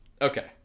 okay